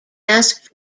asked